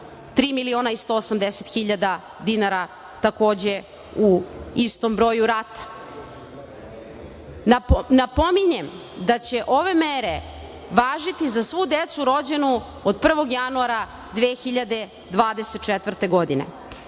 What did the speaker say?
naravno, 3.180.000,00 dinara takođe u istom broju rata. Napominjem, da će ove mere važiti za svu decu rođenu od 1. januara 2024. godine.